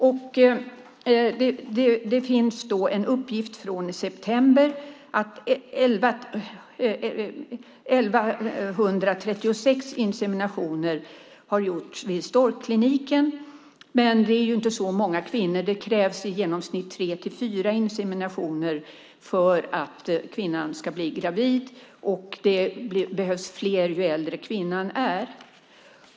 Det finns en uppgift från i september om att 1 136 inseminationer har gjorts vid Stork Klinik, men det är inte lika många kvinnor det handlar om. Det krävs i genomsnitt tre till fyra inseminationer för att kvinnan ska bli gravid. Det behövs fler ju äldre kvinnan är.